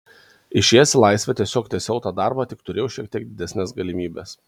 išėjęs į laisvę tiesiog tęsiau tą darbą tik turėjau šiek tiek didesnes galimybes